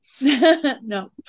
No